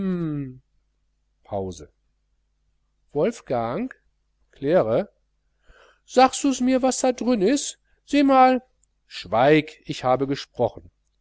pause wolfgang claire sagssu mir was da drün is seh mal schweig ich habe gesprochen